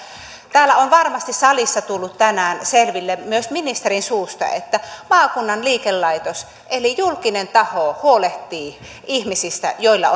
täällä on varmasti salissa tullut tänään selville myös ministerin suusta että maakunnan liikelaitos eli julkinen taho huolehtii ihmisistä joilla